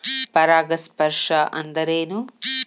ಪರಾಗಸ್ಪರ್ಶ ಅಂದರೇನು?